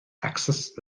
axis